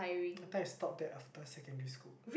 but it stops that after secondary school